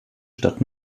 stadt